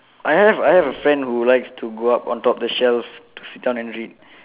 I have I have a friend who likes to go up on top the shelf to sit down and read